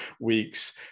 weeks